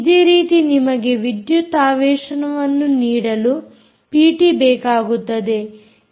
ಇದೇ ರೀತಿ ನಿಮಗೆ ವಿದ್ಯುತ್ ಆವೇಶವನ್ನು ನೀಡಲು ಪಿಟಿ ಬೇಕಾಗುತ್ತದೆ